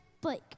Blake